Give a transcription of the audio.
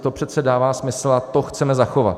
To přece dává smysl a to chceme zachovat.